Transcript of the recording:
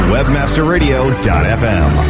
WebmasterRadio.fm